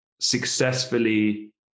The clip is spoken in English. successfully